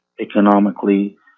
economically